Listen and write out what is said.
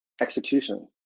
execution